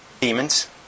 demons